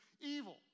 evil